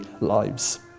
lives